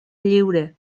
lliure